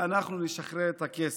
ואנחנו נשחרר את הכסף.